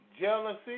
jealousy